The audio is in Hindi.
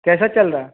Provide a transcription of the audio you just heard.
कैसा चल रहा है